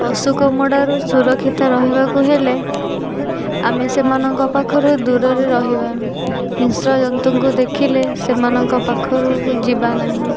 ପଶୁ କାମୁଡ଼ାରୁ ସୁରକ୍ଷିତ ରହିବାକୁ ହେଲେ ଆମେ ସେମାନଙ୍କ ପାଖରୁ ଦୂରରେ ରହିବା ହିଂସ୍ର ଜନ୍ତୁଙ୍କୁ ଦେଖିଲେ ସେମାନଙ୍କ ପାଖକୁ ଯିବାନାହିଁ